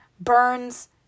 burns